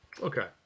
Okay